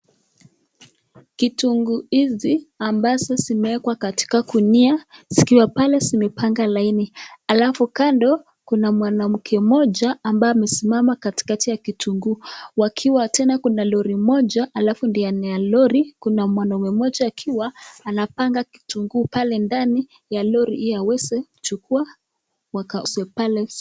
Kitunguu hizi ambazo zimeekwa katika gunia zikiwa pale zimepanga laini, alafu kando kuna mwanamke mmoja ambaye amesimama katikati ya kitunguu. Wakiwa tena kuna lori moja alafu ndani ya lori kuna mwanaume mmoja akiwa anapanga kitunguu pale ndani ya lori ili aweze kuchukua wakauze pale soko.